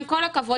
עם כל הכבוד,